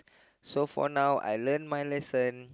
so for now I learn my lesson